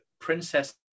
princess